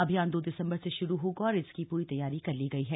अभियान दो दिसम्बर से शुरू होगा और इसकी पूरी तैयारी कर ली गई है